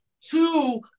Two